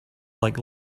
like